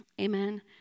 Amen